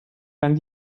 lang